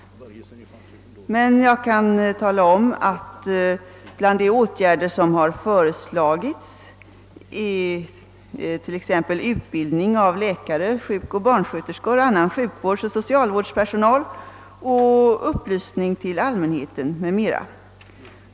Jag kan tala om att bland de åtgärder som föreslagits är utbildning av läkare, sjukoch barnsköterskor, annan sjukvårdsoch socialvårdspersonal och upplysning till allmänheten m.m.